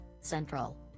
central